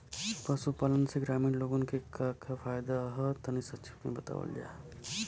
पशुपालन से ग्रामीण लोगन के का का फायदा ह तनि संक्षिप्त में बतावल जा?